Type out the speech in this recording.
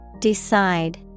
Decide